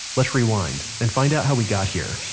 let's rewind and find out how we got here